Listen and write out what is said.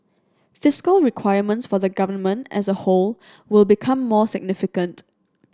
fiscal requirements for the Government as a whole will become more significant